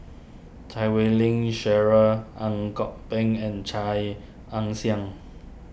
Chan Wei Ling Cheryl Ang Kok Peng and Chia Ann Siang